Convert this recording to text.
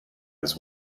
his